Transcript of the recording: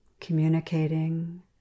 communicating